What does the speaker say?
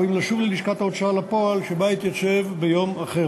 או לשוב ללשכת ההוצאה לפועל שבה התייצב ביום אחר.